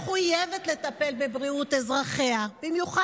חיזוק נפשי של אנשים, זאת סתם דמגוגיה, דבי.